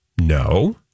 no